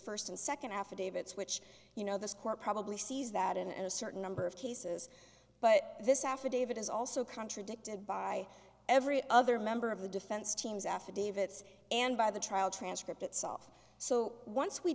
first and second affidavits which you know this court probably sees that in a certain number of cases but this affidavit is also contradicted by every other member of the defense team's affidavits and by the trial transcript itself so once we